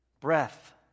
breath